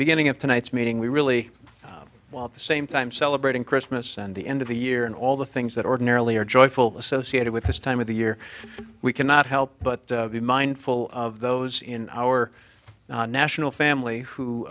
beginning of tonight's meeting we really while the same time celebrating christmas and the end of the year and all the things that ordinarily are joyful associated with this time of the year we cannot help but be mindful of those in our national family who